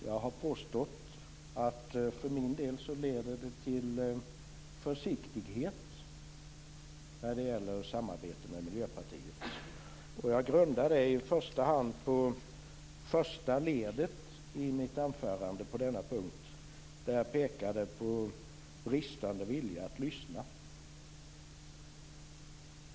Jag har påstått att detta för min del leder till försiktighet när det gäller samarbete med Miljöpartiet. Det grundar jag i första hand på första ledet i mitt anförande på denna punkt. Där pekade jag på bristande vilja att lyssna.